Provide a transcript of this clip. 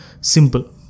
Simple